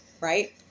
Right